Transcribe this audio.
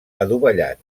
adovellat